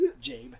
Jabe